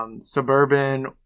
suburban